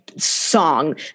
Song